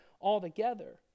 altogether